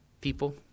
people